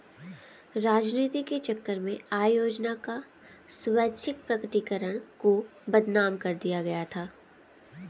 राजनीति के चक्कर में आय योजना का स्वैच्छिक प्रकटीकरण को बदनाम कर दिया गया था